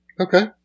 Okay